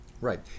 Right